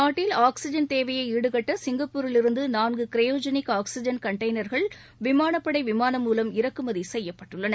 நாட்டில் ஆக்ஸிஜன் தேவையை ாடுகட்ட சிங்கப்பூரில் இருந்து நான்கு க்ரையோஜெனிக் ஆக்ஸிஜன் கன்டெய்னர்கள் விமானப்படை விமானம் மூலம் இறக்குமதி செய்யப்பட்டுள்ளன